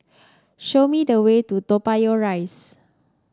show me the way to Toa Payoh Rise